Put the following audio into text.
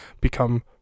become